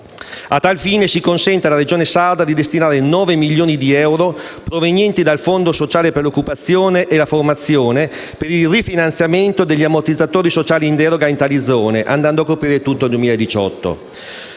A tal fine si consente alla Regione Sardegna di destinare 9 milioni di euro, provenienti dal Fondo sociale per l'occupazione e la formazione, per il rifinanziamento degli ammortizzatori sociali in deroga in tali zone, andando a coprire tutto il 2018.